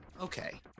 okay